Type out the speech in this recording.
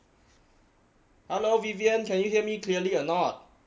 hello vivian can you hear me clearly or not